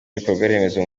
ibikorwaremezo